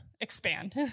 Expand